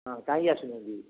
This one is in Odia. ହଁ କାହିଁକି ଆସୁନାହାନ୍ତିି